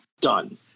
done